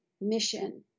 mission